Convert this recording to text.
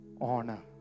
Honor